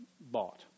bought